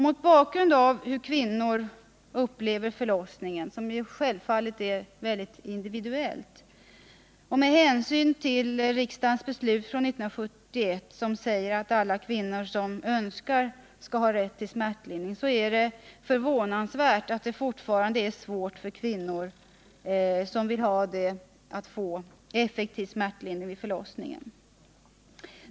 Mot bakgrund av hur kvinnor upplever förlossningen — vilket självfallet är mycket individuellt — och med hänsyn till riksdagens beslut från 1971, som säger att alla kvinnor som så önskar skall ha rätt till smärtlindring, är det förvånansvärt att det fortfarande är så svårt för kvinnor som vill ha detta att få effektiv smärtlindring vid förlossningen.